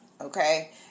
okay